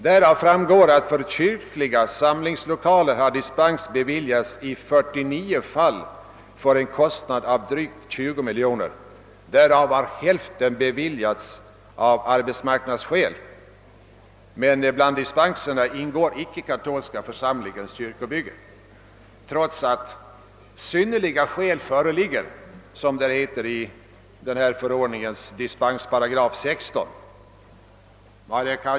Därav framgår att dispens har beviljats för kyrkliga samlingslokaler i 49 fall för en kostnad av drygt 20 miljoner. Därav har hälften beviljats av arbetsmarknadsskäl. Men bland dispenserna ingår icke katolska församlingens kyrkobygge, trots att enligt min mening »synnerliga skäl föreligger», som det heter i denna förordnings dispensparagraf 16.